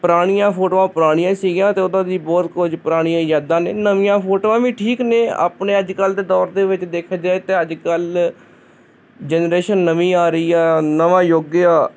ਪੁਰਾਣੀਆਂ ਫੋਟੋਆਂ ਪਰਾਣੀਆਂ ਸੀਗੀਆਂ ਅਤੇ ਉਹਦਾ ਅਸੀਂ ਬਹੁਤ ਕੁਝ ਪੁਰਾਣੀਆਂ ਯਾਦਾਂ ਨੇ ਨਵੀਆਂ ਫੋਟੋਆਂ ਵੀ ਠੀਕ ਨੇ ਆਪਣੇ ਅੱਜ ਕੱਲ੍ਹ ਦੇ ਦੌਰ ਦੇ ਵਿੱਚ ਦੇਖਿਆ ਜਾਵੇ ਤਾਂ ਅੱਜ ਕੱਲ੍ਹ ਜਨਰੇਸ਼ਨ ਨਵੀਂ ਆ ਰਹੀ ਆ ਨਵਾਂ ਯੁੱਗ ਆ